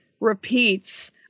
repeats